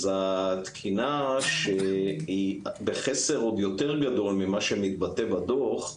אז התקינה שהיא בחסר עוד יותר גדול ממה שמתבטא בדוח,